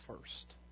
first